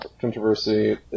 controversy